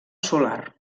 solar